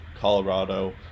Colorado